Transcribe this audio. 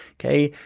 okay?